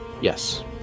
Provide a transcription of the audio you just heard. Yes